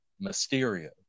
Mysterio